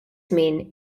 żmien